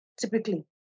typically